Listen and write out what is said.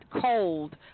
cold